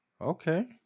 Okay